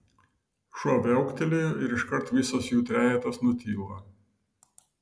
šuo viauktelėjo ir iškart visas jų trejetas nutilo